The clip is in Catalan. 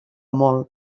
molt